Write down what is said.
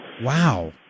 wow